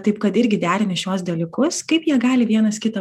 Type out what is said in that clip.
taip kad irgi derini šiuos dalykus kaip jie gali vienas kitą